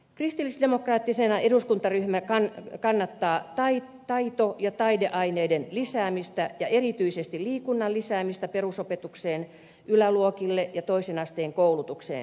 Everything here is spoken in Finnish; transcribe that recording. kristillisdemokraattinen eduskuntaryhmä kannattaa taito ja taideaineiden lisäämistä ja erityisesti liikunnan lisäämistä perusopetukseen yläluokille ja toisen asteen koulutukseen